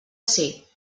ser